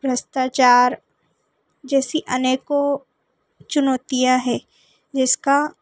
भ्रष्टाचार जैसे अनेकों चुनौतियाँ हैं जिसका